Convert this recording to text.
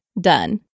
done